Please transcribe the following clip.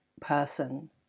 person